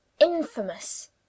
infamous